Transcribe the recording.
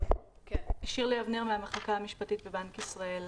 אני שירלי אבנר, מהמחלקה המשפטית בבנק ישראל.